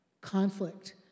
conflict